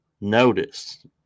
notice